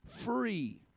free